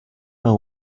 know